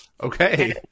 okay